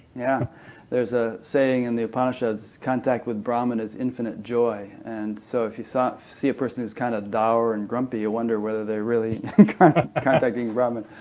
yeah there's a saying in the upanishads contact with brahman is infinite joy, and so if you sort of see a person of is kind of dour and grumpy, you wonder whether they're really contacting brahman.